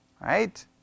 Right